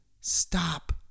stop